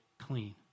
clean